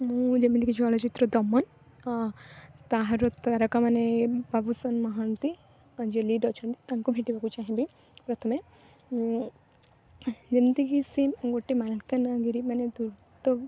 ମୁଁ ଯେମିତି କି ଚଳଚ୍ଚିତ୍ର ଦମନ ଓ ତାହାର ତାରକା ମାନେ ବାବୁସାନ ମହାନ୍ତି ଯିଏ ଲିଡ଼୍ ଅଛନ୍ତି ତାଙ୍କୁ ଭେଟିବାକୁ ଚାହିଁବି ପ୍ରଥମେ ଯେମିତି କି ସେ ଗୋଟେ ମାଲକାନାଗିରି ମାନେ